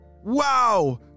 Wow